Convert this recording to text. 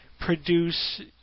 produce